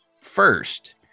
first